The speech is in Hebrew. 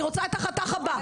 אני רוצה את החתך הבא,